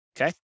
Okay